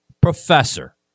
professor